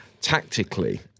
tactically